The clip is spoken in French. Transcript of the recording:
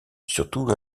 surtout